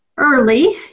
early